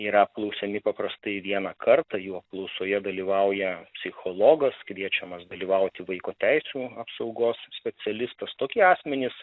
yra apklausiami paprastai vieną kartą jų apklausoje dalyvauja psichologas kviečiamas dalyvauti vaiko teisių apsaugos specialistas tokie asmenys